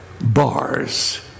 bars